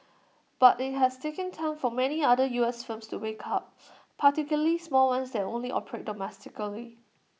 but IT has taken time for many other U S firms to wake up particularly small ones that only operate domestically